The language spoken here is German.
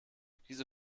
diese